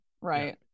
Right